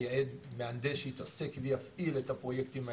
ליעד מהנדס שהתעסק ויפעיל את הפרויקטים האלה.